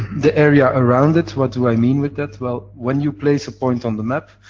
the area around it, what do i mean with that? well, when you place a point on the map,